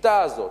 השיטה הזו,